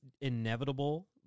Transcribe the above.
inevitable